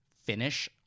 finish